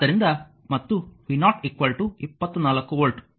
ಆದ್ದರಿಂದ ಮತ್ತು v0 24 volt